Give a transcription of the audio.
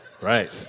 Right